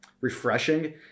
refreshing